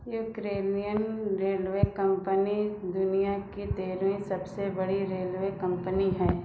Ukrainian railway company दुनिया की तेरहवीं सबसे बड़ी रेलवे कम्पनी है